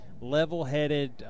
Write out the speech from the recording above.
level-headed